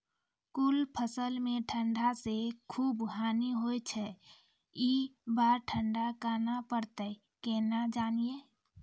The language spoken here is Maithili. कुछ फसल मे ठंड से खूब हानि होय छैय ई बार ठंडा कहना परतै केना जानये?